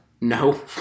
No